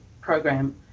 program